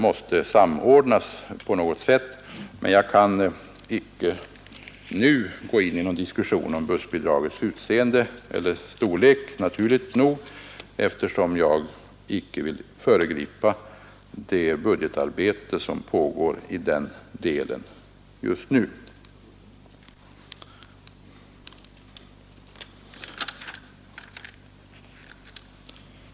Jag kan emellertid inte nu — naturligt nog — gå in i någon diskussion om bussbidragens storlek, eftersom jag inte vill föregripa det budgetarbete i den delen som pågår just nu.